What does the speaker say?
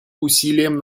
усилиям